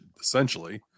essentially